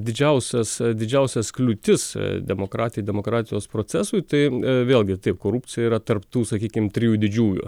didžiausias didžiausias kliūtis demokratijai demokratijos procesui tai vėlgi taip korupcija yra tarp tų sakykime trijų didžiųjų